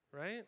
right